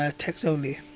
ah text only.